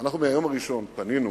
אנחנו מהיום הראשון פנינו